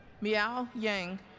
miao yang